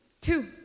Two